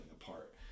apart